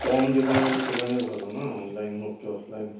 কম যেখানে হবে সেখানেই ভালো না অনলাইন হোক কি অফলাইন